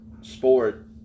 sport